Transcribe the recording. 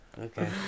Okay